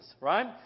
right